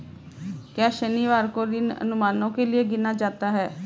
क्या शनिवार को ऋण अनुमानों के लिए गिना जाता है?